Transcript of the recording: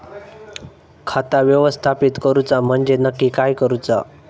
खाता व्यवस्थापित करूचा म्हणजे नक्की काय करूचा?